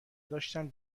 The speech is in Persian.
داشتم